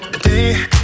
Day